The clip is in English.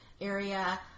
area